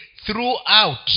throughout